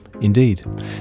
Indeed